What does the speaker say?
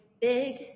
big